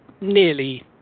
nearly